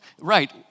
right